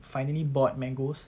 finally bought mangoes